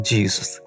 Jesus